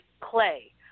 clay